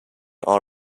all